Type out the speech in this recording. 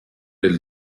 del